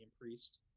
Priest